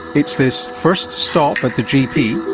it's this first stop at the gp,